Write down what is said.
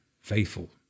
faithful